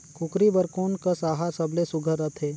कूकरी बर कोन कस आहार सबले सुघ्घर रथे?